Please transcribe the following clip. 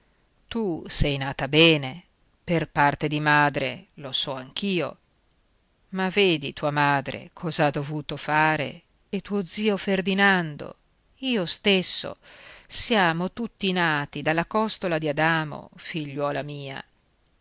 tu sei nata bene per parte di madre lo so anch'io ma vedi tua madre cos'ha dovuto fare e tuo zio don ferdinando e io stesso siamo tutti nati dalla costola di adamo figliuola mia